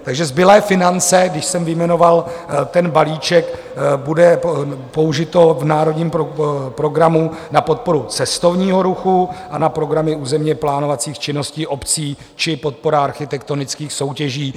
Takže zbylé finance, když jsem vyjmenoval ten balíček, budou použity v národním programu na podporu cestovního ruchu, na programy územněplánovacích činností obcí či podporu architektonických soutěží.